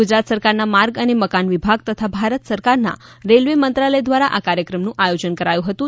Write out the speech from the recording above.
ગુજરાત સરકારના માર્ગ અને મકાન વિભાગ તથા ભારત સરકારના રેલવે મંત્રાલય દ્વારા આ કાર્યક્રમનું આયોજન કરાયું હતું